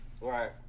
right